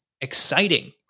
exciting